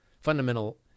fundamental